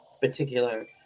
particular